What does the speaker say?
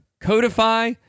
Codify